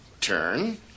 Turn